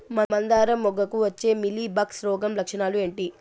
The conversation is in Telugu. మందారం మొగ్గకు వచ్చే మీలీ బగ్స్ రోగం లక్షణాలు ఏంటి?